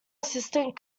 assistant